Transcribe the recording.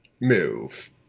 move